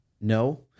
No